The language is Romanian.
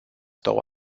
două